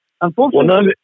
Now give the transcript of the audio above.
Unfortunately